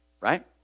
right